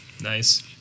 Nice